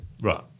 Right